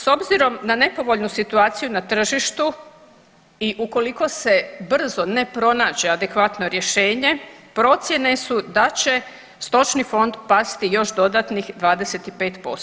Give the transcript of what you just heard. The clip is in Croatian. S obzirom na nepovoljnu situaciju na tržištu i ukoliko se brzo ne pronađe adekvatno rješenje procjene su da će stočni fond pasti još dodatnih 25%